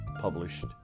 published